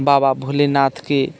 बाबा भोलेनाथके